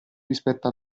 rispetto